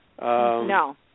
No